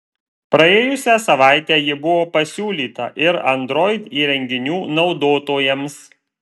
praėjusią savaitę ji buvo pasiūlyta ir android įrenginių naudotojams